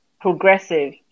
progressive